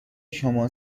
شما